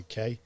uk